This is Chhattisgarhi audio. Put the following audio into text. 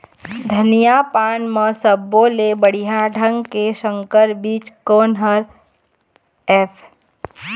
धनिया पान म सब्बो ले बढ़िया ढंग के संकर बीज कोन हर ऐप?